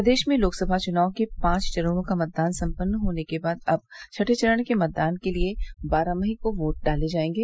प्रदेश में लोकसभा चुनाव के पांच चरणों का मतदान सम्पन्न होने के बाद अब छठें चरण के मतदान के लिये बारइ मई को वोट डाले जायेंगे